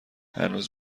هنوز